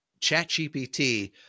ChatGPT